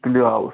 تُلِو آس